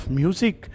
music